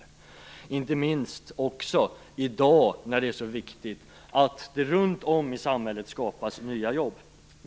Det gäller inte minst i dag när det är så viktigt att det skapas nya jobb runt om i samhället.